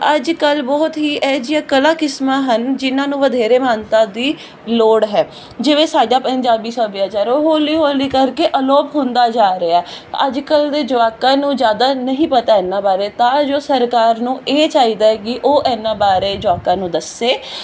ਅੱਜ ਕੱਲ੍ਹ ਬਹੁਤ ਹੀ ਇਹੋ ਜਿਹੀਆਂ ਕਲਾ ਕਿਸਮਾਂ ਹਨ ਜਿਹਨਾਂ ਨੂੰ ਵਧੇਰੇ ਮਹਾਨਤਾ ਦੀ ਲੋੜ ਹੈ ਜਿਵੇਂ ਸਾਡਾ ਪੰਜਾਬੀ ਸੱਭਿਆਚਾਰ ਉਹ ਹੌਲੀ ਹੌਲੀ ਕਰਕੇ ਅਲੋਪ ਹੁੰਦਾ ਜਾ ਰਿਹਾ ਅੱਜ ਕੱਲ੍ਹ ਦੇ ਜਵਾਕਾਂ ਨੂੰ ਜ਼ਿਆਦਾ ਨਹੀਂ ਪਤਾ ਇਹਨਾਂ ਬਾਰੇ ਤਾਂ ਜੋ ਸਰਕਾਰ ਨੂੰ ਇਹ ਚਾਹੀਦਾ ਕਿ ਉਹ ਇਹਨਾਂ ਬਾਰੇ ਜੁਆਕਾਂ ਨੂੰ ਦੱਸੇ